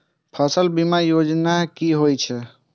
फसल बीमा योजना कि होए छै?